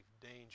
danger